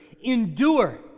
Endure